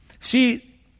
See